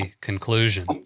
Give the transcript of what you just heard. conclusion